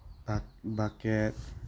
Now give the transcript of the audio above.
bucket